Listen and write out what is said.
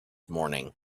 morning